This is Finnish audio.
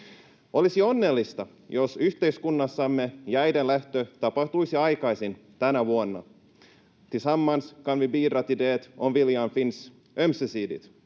Olisi onnellista, jos yhteiskunnassamme jäiden lähtö tapahtuisi aikaisin tänä vuonna. Tillsammans kan vi bidra till det om viljan finns — ömsesidigt.